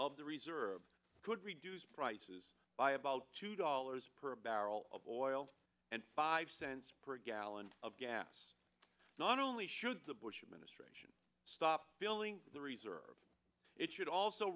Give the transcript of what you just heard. of the reserve could reduce prices by about two dollars per barrel of oil and five cents per gallon of gas not only should the bush administration stop building the reserves it should also